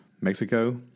Mexico